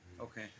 Okay